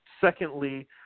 secondly